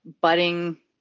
budding